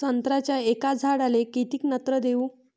संत्र्याच्या एका झाडाले किती नत्र देऊ?